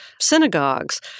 synagogues